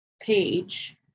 page